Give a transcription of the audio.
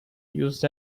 used